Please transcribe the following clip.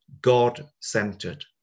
God-centered